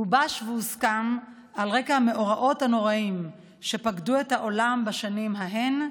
גובש והוסכם על רקע המאורעות הנוראים שפקדו את העולם בשנים ההן,